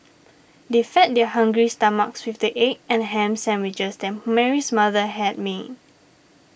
they fed their hungry stomachs with the egg and ham sandwiches that Mary's mother had made